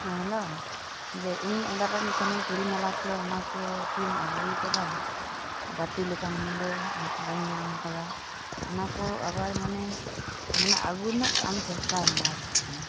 ᱦᱮᱸ ᱦᱮᱞᱳ ᱡᱮ ᱤᱧᱤᱧ ᱚᱰᱟᱨᱟᱫ ᱢᱮ ᱛᱟᱦᱮᱱᱟ ᱪᱩᱲᱤ ᱢᱟᱞᱟ ᱠᱚ ᱚᱱᱟᱠᱚ ᱠᱤᱢ ᱟᱹᱜᱩᱣ ᱠᱟᱫᱟ ᱵᱟᱛᱤᱞᱠᱟᱱ ᱫᱚ ᱢᱟᱥᱮ ᱵᱟᱧ ᱧᱟᱢ ᱠᱟᱫᱟ ᱚᱱᱟ ᱠᱚ ᱟᱵᱟᱨ ᱢᱟᱱᱮ ᱢᱟᱱᱮ ᱟᱜᱩ ᱨᱮᱱᱟᱜ ᱟᱢ ᱪᱮᱥᱴᱟᱭᱢᱮ ᱟᱨᱪᱮᱜ ᱪᱚᱝ